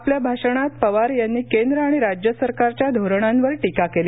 आपल्या भाषणात पवार यांनी केंद्र आणि राज्य सरकारच्या धोरणांवर टीका केली